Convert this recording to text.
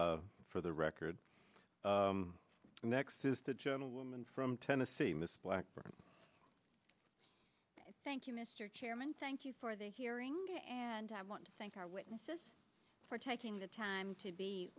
for the record next is the gentlewoman from tennessee miss blackburn thank you mr chairman thank you for the hearing and i want to thank our witnesses for taking the time to be